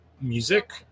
music